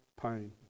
pain